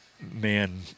man